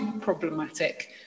problematic